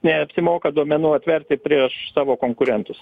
neapsimoka duomenų atverti prieš savo konkurentus